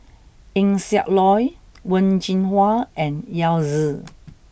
Eng Siak Loy Wen Jinhua and Yao Zi